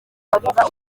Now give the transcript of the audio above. bavuga